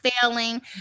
failing